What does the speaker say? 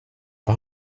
vad